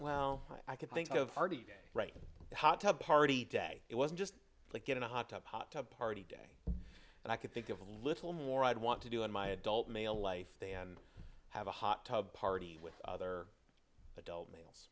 well i can think of party right hot tub party day it was just like getting a hot tub hot tub party day and i could think of a little more i'd want to do in my adult male life then have a hot tub party with other adult males